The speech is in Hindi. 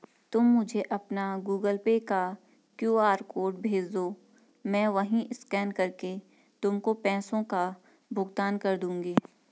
तुम मुझे अपना गूगल पे का क्यू.आर कोड भेजदो, मैं वहीं स्कैन करके तुमको पैसों का भुगतान कर दूंगी